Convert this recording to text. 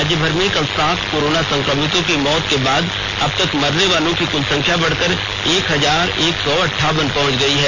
राज्य भर में कल सात कोरोना संक्रमितों की मौत के बाद अब तक मरने वालों की कुल संख्या बढ़कर एक हजार एक सौ अंठावन पहंच गई है